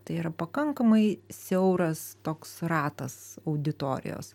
tai yra pakankamai siauras toks ratas auditorijos